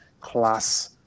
class